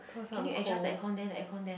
can you adjust the aircon there the aircon there